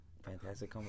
fantastic